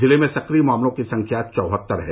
जिले में सक्रिय मामलों की संख्या चौहत्तर है